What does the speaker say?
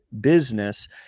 business